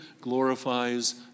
glorifies